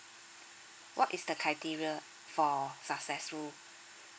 what is the criteria for successful